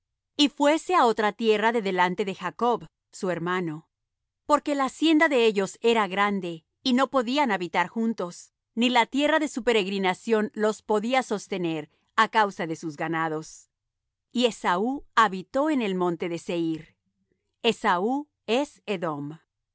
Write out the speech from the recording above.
y fuése á otra tierra de delante de jacob su hermano porque la hacienda de ellos era grande y no podían habitar juntos ni la tierra de su peregrinación los podía sostener á causa de sus ganados y esaú habitó en el monte de seir esaú es edom